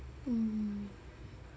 mm